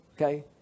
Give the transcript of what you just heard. Okay